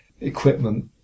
equipment